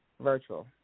virtual